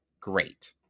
great